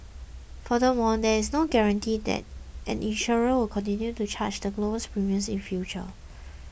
furthermore there is no guarantee that an insurer will continue to charge the lowest premiums in future